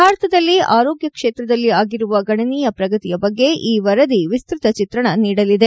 ಭಾರತದಲ್ಲಿ ಆರೋಗ್ಯ ಕ್ಷೇತ್ರದಲ್ಲಿ ಆಗಿರುವ ಗಣನೀಯ ಪ್ರಗತಿಯ ಬಗ್ಗೆ ಈ ವರದಿ ವಿಸ್ವತ ಚಿತ್ರಣ ನೀಡಲಿದೆ